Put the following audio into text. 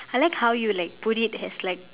I like how you like put it as like